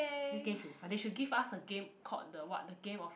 this game should be fun they should give us a game called the what the game of